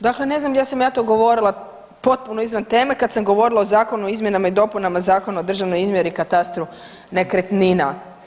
Dakle, ne znam gdje sam ja to govorila potpuno izvan teme kad sa govorila o Zakonu o izmjenama i dopunama Zakona o državnoj izmjeri i katastru nekretnina.